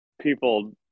people